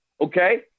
Okay